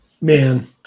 Man